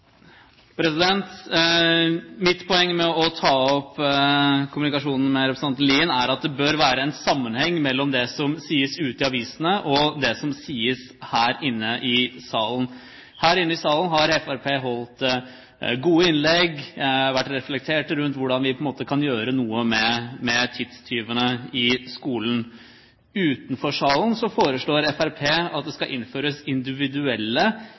representanten Lien er at det bør være en sammenheng mellom det som skrives i avisene, og det som sies her inne i salen. Her inne i salen har Fremskrittspartiet holdt gode innlegg, vært reflekterte rundt hvordan vi kan gjøre noe med tidstyvene i skolen. Utenfor salen foreslår Fremskrittspartiet at det skal innføres individuelle